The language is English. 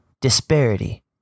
disparity